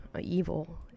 evil